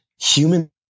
Human